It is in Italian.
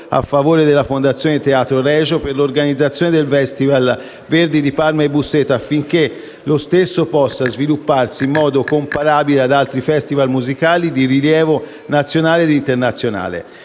a favore della Fondazione Teatro Regio per l'organizzazione del Festival Verdi di Parma e Busseto affinché lo stesso possa svilupparsi in modo comparabile ad altri festival musicali di rilievo nazionale ed internazionale.